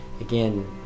again